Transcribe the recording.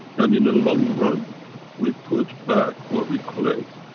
and in the long run we put back what we collect,